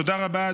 תודה רבה.